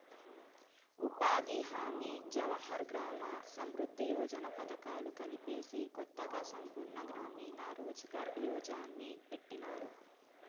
ఉపాధి హామీ జవహర్ గ్రామ సమృద్ది యోజన పథకాలు కలిపేసి కొత్తగా సంపూర్ణ గ్రామీణ రోజ్ ఘార్ యోజన్ని పెట్టినారు